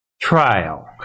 trial